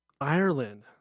Ireland